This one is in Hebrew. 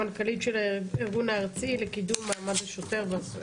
המנכ"לית של ארגון הארצי לקידום מעמד השוטר והסוהר.